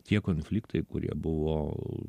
tie konfliktai kurie buvo